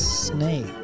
Snake